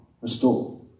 restore